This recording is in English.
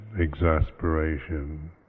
exasperation